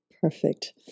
perfect